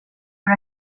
för